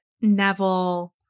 Neville